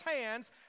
hands